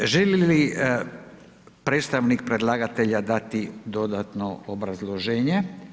Želi li predstavnik predlagatelja dati dodatno obrazloženje?